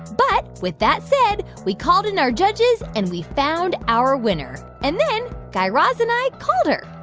but with that said, we called in our judges, and we found our winner. and then guy raz and i called her.